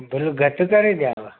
भलो घटि करे ॾियांव